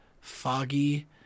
foggy